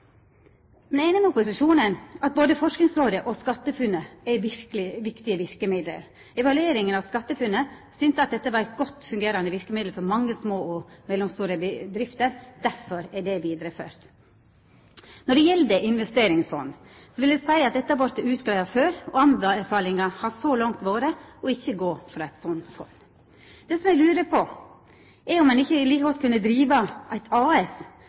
Men eg er einig med opposisjonen i at både Forskingsrådet og SkatteFUNN er viktige verkemiddel. Evalueringa av SkatteFUNN synte at dette var eit godt fungerande verkemiddel for mange små og mellomstore bedrifter. Derfor er det vidareført. Når det gjeld investeringsfond, vil eg seia at dette har vore greidd ut før, og anbefalinga har så langt vore ikkje å gå for eit slikt fond. Det eg lurar på, er om ein ikkje like godt kunne driva eit AS,